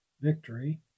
victory